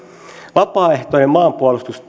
vapaaehtoinen maanpuolustustyö saa